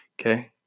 okay